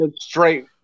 straight